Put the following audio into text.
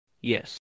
Yes